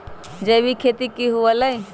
जैविक खेती की हुआ लाई?